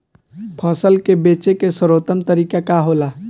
फसल के बेचे के सर्वोत्तम तरीका का होला?